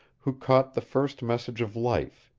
who caught the first message of life.